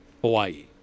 Hawaii